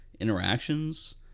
interactions